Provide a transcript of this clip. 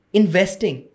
investing